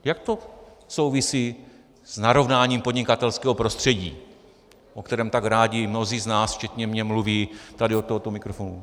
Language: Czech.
Jak to souvisí s narovnáním podnikatelského prostředí, o kterém tak rádi mnozí z nás včetně mě mluví tady od tohoto mikrofonu?